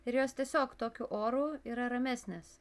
ir jos tiesiog tokiu oru yra ramesnės